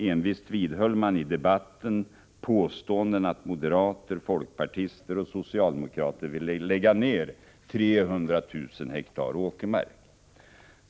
Envist vidhöll man i debatten påståenden att moderater, folkpartister och socialdemokrater ville lägga ner 300 000 hektar åkermark.